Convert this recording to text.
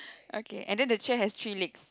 okay and then the chair has three legs